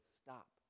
stop